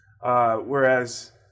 Whereas